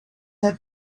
had